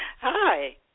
Hi